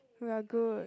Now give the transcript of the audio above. we are good